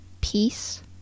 peace